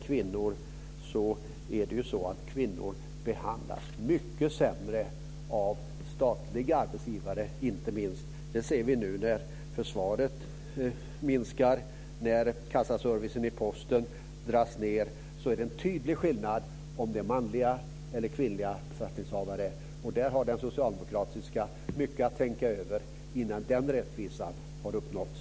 Kvinnor behandlas mycket sämre - inte minst av statliga arbetsgivare. Det ser vi nu när försvaret minskar och när kassaservicen i Posten dras ned. Då är det en tydlig skillnad mellan manliga och kvinnliga befattningshavare. Där har socialdemokraterna mycket att tänka över innan rättvisa har uppnåtts.